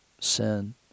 sin